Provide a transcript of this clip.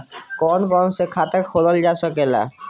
कौन कौन से खाता खोला जा सके ला?